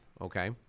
okay